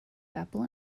apple